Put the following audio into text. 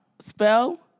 Spell